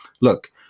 Look